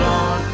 on